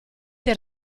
dei